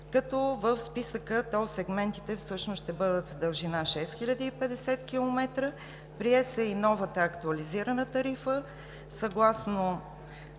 като в списъка тол сегментите всъщност ще бъдат с дължина 6050 км. Прие се и новата актуализирана тарифа съгласно